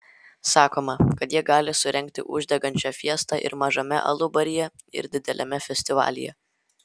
sakoma kad jie gali surengti uždegančią fiestą ir mažame alubaryje ir dideliame festivalyje